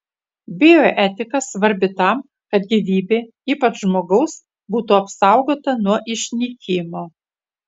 bioetika svarbi tam kad gyvybė ypač žmogaus būtų apsaugota nuo išnykimo